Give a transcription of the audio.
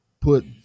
put